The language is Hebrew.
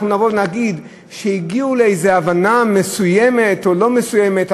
אנחנו נבוא ונגיד שהגיעו לאיזו הבנה מסוימת או לא מסוימת,